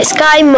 Sky